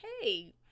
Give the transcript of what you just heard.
hey